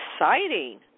exciting